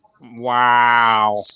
Wow